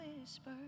whisper